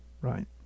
Right